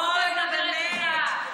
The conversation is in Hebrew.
אוי, נו, באמת.